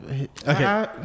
Okay